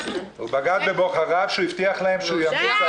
בגד בבוחריו כשהוא הבטיח להם שיביא צעדים